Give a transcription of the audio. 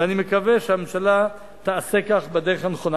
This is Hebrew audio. ואני מקווה שהממשלה תעשה כך בדרך הנכונה.